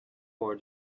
for